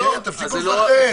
תפסיקו לפחד.